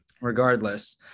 Regardless